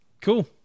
Cool